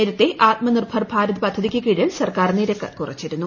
നേരത്തെ ആത്മനിർഭർ ഭാരത് പദ്ധതിക്ക് കീഴിൽ സർക്കാർ നിരക്ക് കുറച്ചിരുന്നു